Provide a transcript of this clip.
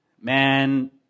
man